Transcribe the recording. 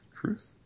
truth